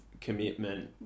commitment